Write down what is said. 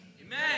Amen